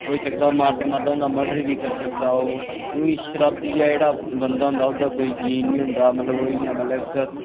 होई सकदा मारदा मारदा उं'दा मर्डर बी करी सकदी ओह् कि शराबिया बंदा जेह्ड़ा होंदा ओह्दा कोई निं होंदा मतलब इ'यां मतलब